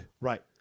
Right